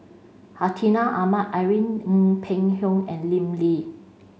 Hartinah Ahmad Irene Ng Phek Hoong and Lim Lee